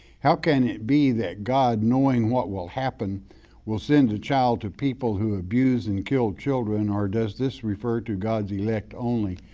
how can it be that god knowing what will happen will send the child to people who abused and killed children, or does this refer to god's elect only?